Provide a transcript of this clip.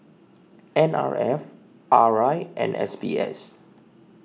N R F R I and S B S